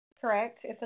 correct